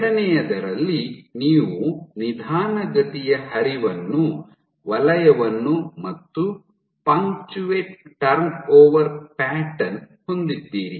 ಎರಡನೆಯದರಲ್ಲಿ ನೀವು ನಿಧಾನಗತಿಯ ಹರಿವಿನ ವಲಯವನ್ನು ಮತ್ತು ಪಂಕ್ಚವೇಟ್ ಟರ್ನ್ ಓವರ್ ಪ್ಯಾಟರ್ನ್ ಹೊಂದಿದ್ದೀರಿ